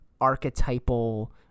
archetypal